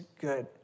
good